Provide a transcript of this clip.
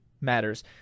matters